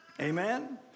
Amen